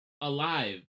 alive